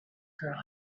girl